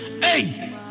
hey